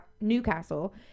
Newcastle